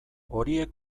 horiek